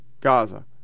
Gaza